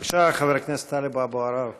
בבקשה, חבר הכנסת טלב אבו עראר.